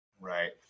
Right